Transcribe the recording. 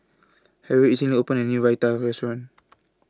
Harriett recently opened A New Raita Restaurant